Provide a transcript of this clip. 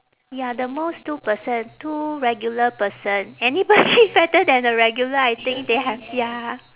ya the most two person two regular person anybody fatter than a regular I think they have ya